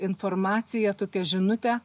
informaciją tokią žinutę